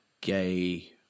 gay